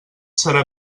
serà